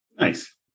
Nice